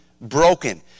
broken